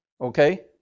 okay